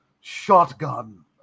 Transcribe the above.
shotgun